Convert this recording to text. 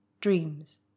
Dreams